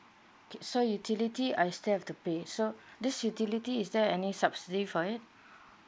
okay so utility I still have to pay so this utility is there any subsidy for it